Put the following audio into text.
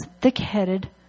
thick-headed